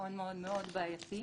מאוד-מאוד בעייתי.